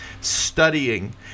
studying